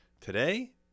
today